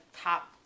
top